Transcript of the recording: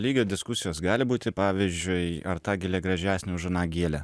lygio diskusijos gali būti pavyzdžiui ar ta gėlė gražesnė už aną gėlę